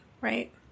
right